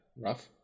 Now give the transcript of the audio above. rough